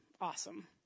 awesome